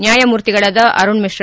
ನ್ಯಾಯಮೂರ್ತಿಗಳಾದ ಅರುಣ್ ಮಿತ್ರ